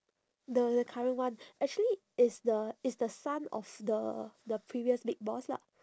the the current one actually it's the it's the son of the the previous big boss lah